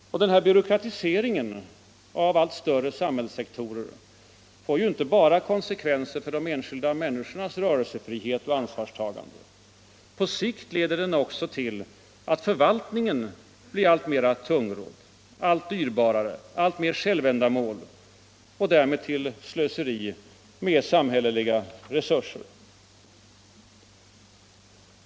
Och byråkratiseringen av allt större samhällssektorer får ju inte bara konsekvenser för de enskilda människornas rörelsefrihet och ansvarstagande. På sikt leder den också till att förvaltningen blir alltmer tungrodd, allt dyrbarare, alltmer ett självändamål, och därmed leder den till slöseri med samhälleliga resurser.